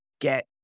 get